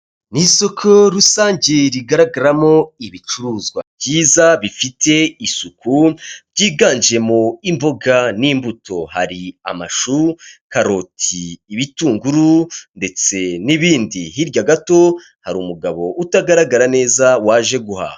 Ni isoko rusange rigaragaramo ibicuruzwa byiza bifite isuku, byiganjemo imboga n'imbuto. Hari amashu, karoti, ibitunguru ndetse n'ibindi. Hirya gato hari umugabo utagaragara neza waje guhaha.